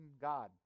God